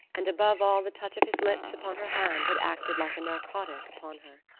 and above all the touch of his lips upon her hand had acted like a narcotic upon her.